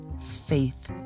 faith